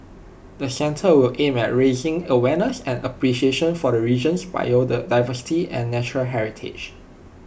the centre will aim at raising awareness and appreciation for the region's biodiversity and natural heritage